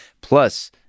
Plus